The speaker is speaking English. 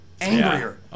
Angrier